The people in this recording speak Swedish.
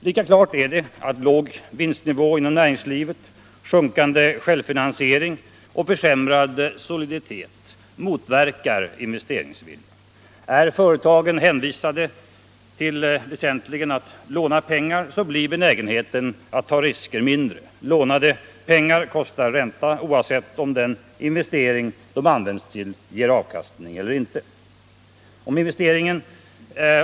Lika klart är det att låg vinstnivå inom näringslivet, sjunkande självfinansiering och försämrad soliditet motverkar investeringsviljan. Är företagen väsentligen hänvisade till att låna pengar blir benägenheten att ta risker mindre, lånade pengar kostar ränta oavsett om de investeringar de används till ger avkastning eller inte.